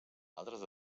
altres